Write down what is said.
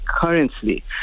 currently